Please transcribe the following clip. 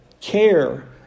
care